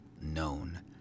known